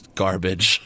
garbage